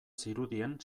zirudien